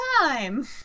time